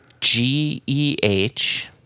G-E-H